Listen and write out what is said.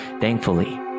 thankfully